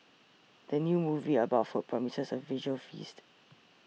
the new movie about food promises a visual feast